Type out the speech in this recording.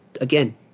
again